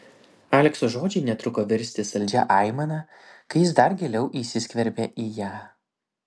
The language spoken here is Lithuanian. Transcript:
alekso žodžiai netruko virsti saldžia aimana kai jis dar giliau įsiskverbė į ją